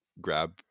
grab